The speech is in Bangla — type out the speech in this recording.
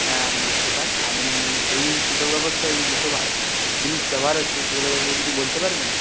হ্যাঁ আমি দুষ্টু পাল আপনি এই কৃষক ব্যবস্থায় এই যেসব জিনিস ব্যবহার হচ্ছে সেগুলোর ব্যাপারে কিছু বলতে পারবেন